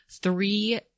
three